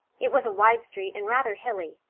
it was a wide street and rather hilly.